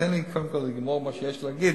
תן לי קודם כול לגמור את מה שיש לי להגיד.